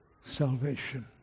salvation